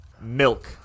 Milk